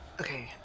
Okay